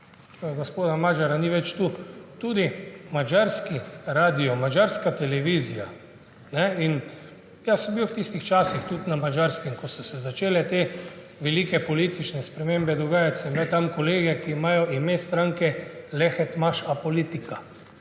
Gospoda Magyara ni več tu – tudi madžarski radio, madžarska televizija. Jaz sem bil v tistih časih tudi na Madžarskem, ko so se začele dogajati te velike politične spremembe, sem imel tam kolege, ki imajo ime stranke Lehet Mas a Politika.To